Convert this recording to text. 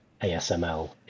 ASML